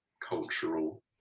cultural